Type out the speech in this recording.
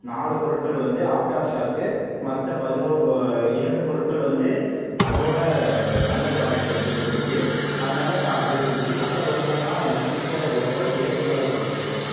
நாலு பொருட்கள் வந்து அவுட் ஆஃப் ஸ்டாக்கு மற்ற பதினோறு பொ இரண்டு பொருட்கள் வந்து அதோடய நல்ல புராடக்ட் வந்து இருந்துச்சு அதனால் நான் அதுவும் இருந்துச்சு மற்ற பொருட்களெலாம் எனக்குப் பிடிக்காத பொருட்கள் தேவையில்லாத பொருட்கள்